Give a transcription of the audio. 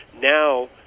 Now